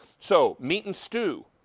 so meat and stew.